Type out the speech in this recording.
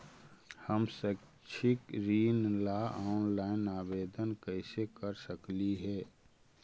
हम शैक्षिक ऋण ला ऑनलाइन आवेदन कैसे कर सकली हे?